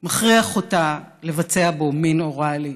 מכריח אותה לבצע בו מין אוראלי.